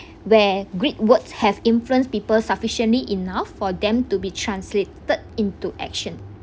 where great words have influence people sufficiently enough for them to be translated into action